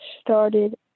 started